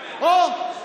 הו,